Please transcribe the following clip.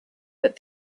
but